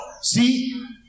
See